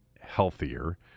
healthier